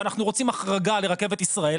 ואנחנו רוצים החרגה לרכבת ישראל,